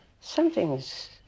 something's